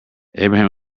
abraham